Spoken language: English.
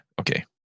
okay